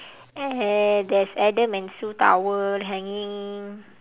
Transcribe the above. err there's adam and sue towel hanging